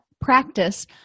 practice